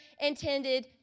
intended